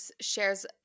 shares